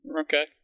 Okay